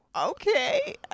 okay